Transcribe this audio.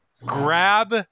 grab